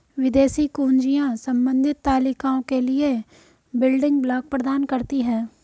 विदेशी कुंजियाँ संबंधित तालिकाओं के लिए बिल्डिंग ब्लॉक प्रदान करती हैं